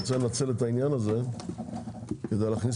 רוצה לנצל את העניין הזה כדי להכניס